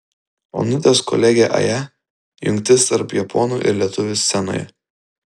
onutės kolegė aja jungtis tarp japonų ir lietuvių scenoje